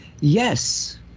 Yes